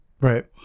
right